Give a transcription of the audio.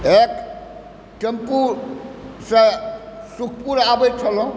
एक टेम्पूसँ सुखपुर आबै छलहुँ